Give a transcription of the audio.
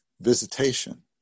visitation